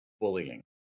bullying